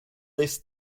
this